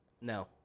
No